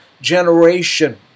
generation